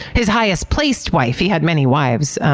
his highest placed wife. he had many wives.